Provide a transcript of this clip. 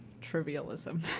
trivialism